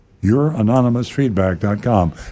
Youranonymousfeedback.com